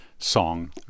Song